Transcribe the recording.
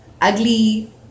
ugly